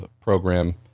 program